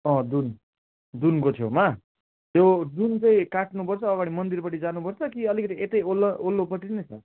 अँ दुन दुनको छेउमा त्यो दुन चाहिँ काट्नुपर्छ अगाडि मन्दिरपट्टि जानुपर्छ कि अलिकति यतै वल्लो वल्लोपट्टि नै छ